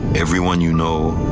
everyone you know.